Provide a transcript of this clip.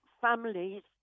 families